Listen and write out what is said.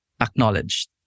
acknowledged